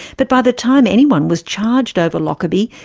but by the time anyone was charged over lockerbie,